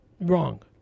Wrong